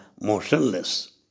motionless